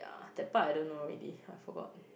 that part I don't know already I forgot